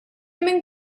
minn